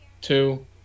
two